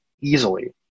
easily